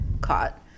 caught